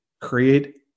create